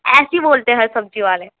ایسی بولتے ہیں سبزی والے